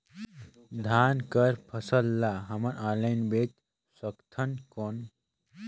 धान कर फसल ल हमन ऑनलाइन बेच सकथन कौन?